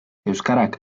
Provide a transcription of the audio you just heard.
euskarak